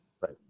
Right